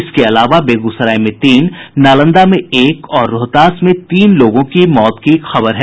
इसके अलावा बेगूसराय में तीन नालंदा में एक और रोहतास में तीन लोगों की मौत की खबर है